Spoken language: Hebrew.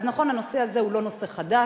אז נכון, הנושא הזה הוא לא נושא חדש.